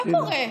מה קורה?